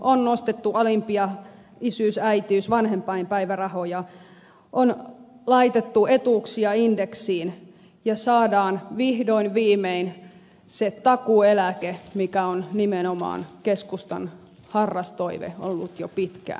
on nostettu alimpia isyys äitiys vanhempainpäivärahoja on laitettu etuuksia indeksiin ja saadaan vihdoin viimein se takuueläke mikä on nimenomaan keskustan harras toive ollut jo pitkään